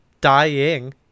dying